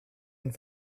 and